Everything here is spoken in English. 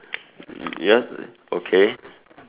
ya okay